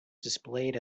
displayed